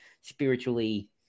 spiritually